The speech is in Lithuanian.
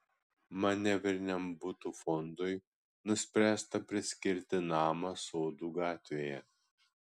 manevriniam butų fondui nuspręsta priskirti namą sodų gatvėje